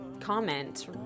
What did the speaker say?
comment